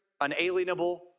unalienable